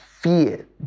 fear